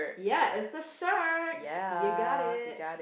ya is a shark you got it